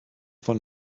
for